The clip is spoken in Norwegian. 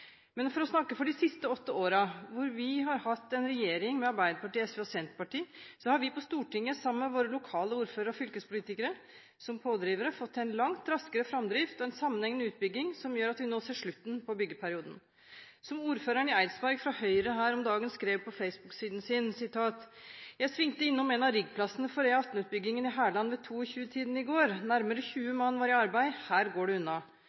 Men for å snakke for de siste åtte årene, hvor vi har hatt en regjering med Arbeiderpartiet, SV og Senterpartiet, har vi på Stortinget – sammen med våre lokale ordførere og fylkespolitikere som pådrivere – fått en langt raskere framdrift og en sammenhengende utbygging som gjør at vi nå ser slutten på byggeperioden. Som ordføreren i Eidsberg fra Høyre her om dagen skrev på Facebook-siden sin – og jeg siterer: «Jeg svingte innom en av riggplassene for E18-utbyggingen i Hærland ved 22-tiden i går kveld. Nærmere 20 mann var i arbeid, her går det unna.